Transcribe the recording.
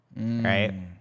right